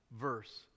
verse